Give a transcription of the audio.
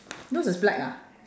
yours is black ah